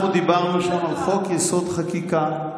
אנחנו דיברנו שם על חוק-יסוד: חקיקה,